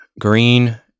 green